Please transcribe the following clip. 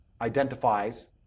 identifies